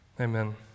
amen